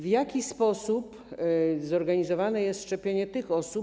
W jaki sposób zorganizowane jest szczepienie tych osób?